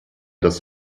das